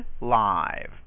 live